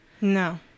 No